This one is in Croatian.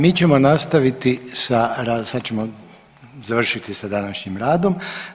Mi ćemo nastaviti sa, sad ćemo završiti sa današnjim radom.